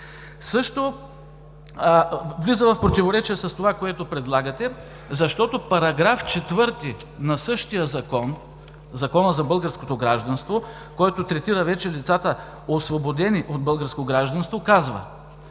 също влиза в противоречие с това, което предлагате. Защото § 4 на същия закон – за българското гражданство, който третира вече лицата, освободени от българско гражданство, казва: